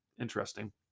interesting